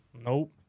Nope